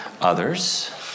others